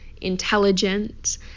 intelligent